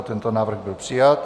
Tento návrh byl přijat.